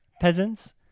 peasants